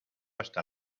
hasta